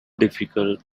difficult